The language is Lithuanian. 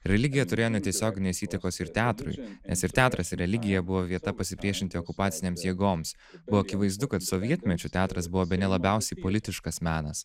religija turėjo netiesioginės įtakos ir teatrui nes ir teatras ir religija buvo vieta pasipriešinti okupacinėms jėgoms buvo akivaizdu kad sovietmečiu teatras buvo bene labiausiai politiškas menas